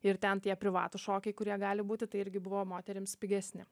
ir ten tie privatūs šokiai kurie gali būti tai irgi buvo moterims pigesni